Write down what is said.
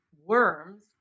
worms